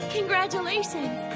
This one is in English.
Congratulations